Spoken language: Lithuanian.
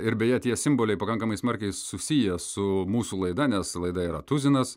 ir beje tie simboliai pakankamai smarkiai susiję su mūsų laida nes laida yra tuzinas